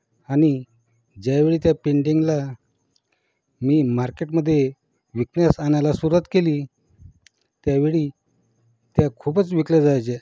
आणि ज्या वेळी त्या पेंटिंगला मी मार्केटमध्ये विकण्यास आणायला सुरुवात केली त्या वेळी त्या खूपच विकल्या जायच्या